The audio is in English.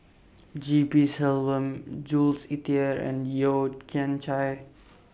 G P Selvam Jules Itier and Yeo Kian Chai